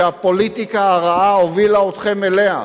שהפוליטיקה הרעה הובילה אתכם אליו.